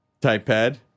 TypePad